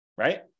right